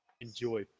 enjoy